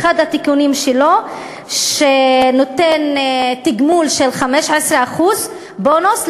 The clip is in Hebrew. אחד התיקונים שלו נותן תגמול של 15% בונוס,